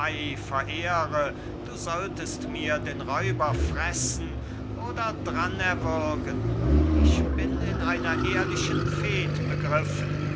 verehre du solltest mir den räuber fressen oder dran erwürgen ich bin in einer ehrlichen fehd begriffen